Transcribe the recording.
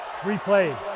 Replay